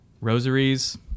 Rosaries